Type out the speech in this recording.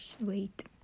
wait